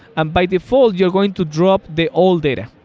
and by default you're going to drop the old data.